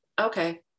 okay